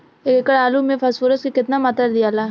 एक एकड़ आलू मे फास्फोरस के केतना मात्रा दियाला?